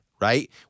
right